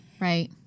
Right